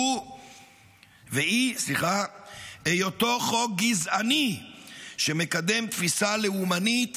והיא היותו חוק גזעני שמקדם תפיסה לאומנית